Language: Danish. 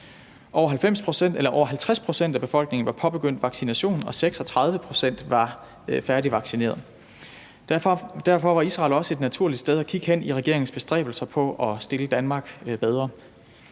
Over 50 pct. af befolkningen var påbegyndt vaccination, og 36 pct. var færdigvaccinerede. Derfor var Israel også et naturligt sted at kigge hen i regeringens bestræbelser på at stille Danmark bedre.